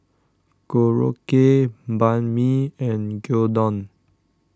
Korokke Banh Mi and Gyudon